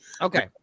okay